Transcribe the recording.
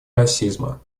расизма